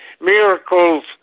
miracles